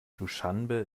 duschanbe